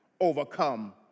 overcome